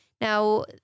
Now